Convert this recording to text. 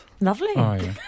Lovely